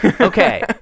okay